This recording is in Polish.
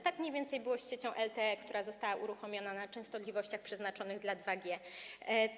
Tak mniej więcej było z siecią LTE, która została uruchomiona na częstotliwościach przeznaczonych dla sieci 2G.